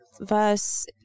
Verse